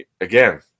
again